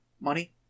Money